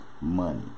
money